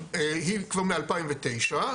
היא כבר מ- 2009,